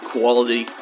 Quality